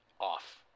off